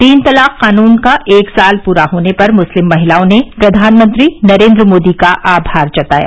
तीन तलाक कानून का एक साल पूरा होने पर मुस्लिम महिलाओं ने प्रधानमंत्री नरेन्द्र मोदी का आभार जताया